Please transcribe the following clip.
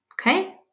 Okay